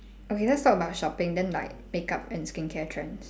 okay let's talk about shopping then like makeup and skincare trends